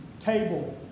table